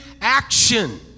action